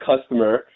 customer